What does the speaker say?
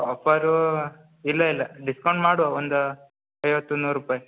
offer ಇಲ್ಲ ಇಲ್ಲ discount ಮಾಡುವ ಒಂದು ಐವತ್ತು ನೂರು ರೂಪಾಯಿ